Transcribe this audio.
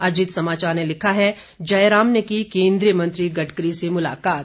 अजीत समाचार ने लिखा है जयराम ने की केंद्रीय मंत्री गडकरी से मुलाकात